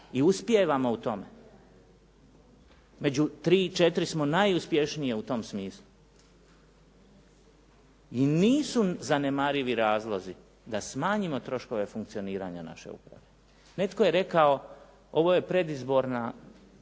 i uspijevamo u tome. Među tri, četiri smo najuspješnije u tom smislu i nisu zanemarivi razlozi da smanjimo troškove funkcioniranja naše uprave. Netko je rekao ovo je predizborna